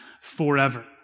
forever